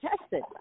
tested